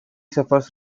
suffers